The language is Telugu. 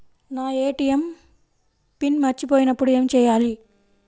నా ఏ.టీ.ఎం పిన్ మర్చిపోయినప్పుడు ఏమి చేయాలి?